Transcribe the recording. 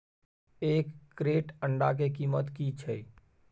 एक क्रेट अंडा के कीमत की छै?